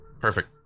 Perfect